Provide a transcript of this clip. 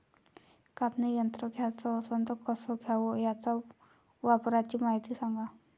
कापनी यंत्र घ्याचं असन त कस घ्याव? त्याच्या वापराची मायती सांगा